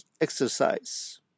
exercise